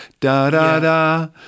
da-da-da